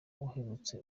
uherutse